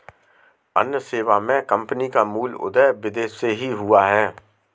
अन्य सेवा मे कम्पनी का मूल उदय विदेश से ही हुआ है